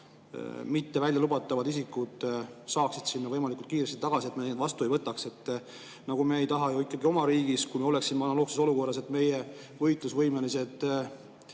mitte välja lubatavad isikud saaksid sinna võimalikult kiiresti tagasi ja et me neid vastu ei võtaks? Nii nagu me ei taha ju ikkagi oma riigis, kui me oleksime analoogses olukorras, et meie võitlusvõimelised